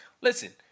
Listen